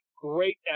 great